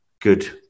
good